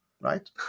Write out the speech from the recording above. right